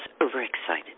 overexcited